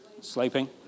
Sleeping